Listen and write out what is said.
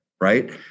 Right